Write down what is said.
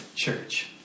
church